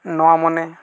ᱱᱚᱣᱟ ᱢᱚᱱᱮ